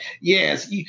yes